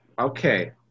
Okay